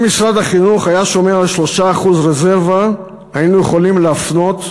אם משרד החינוך היה שומר על 3% רזרבה היינו יכולים להפנות,